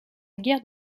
guerre